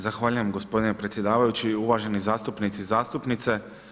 Zahvaljujem gospodine predsjedavajući, uvaženi zastupnici i zastupnice.